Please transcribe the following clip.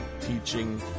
teaching